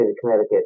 Connecticut